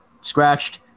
scratched